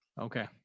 Okay